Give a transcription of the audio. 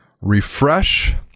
refresh